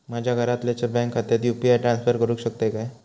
माझ्या घरातल्याच्या बँक खात्यात यू.पी.आय ट्रान्स्फर करुक शकतय काय?